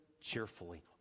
cheerfully